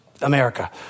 America